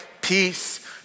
peace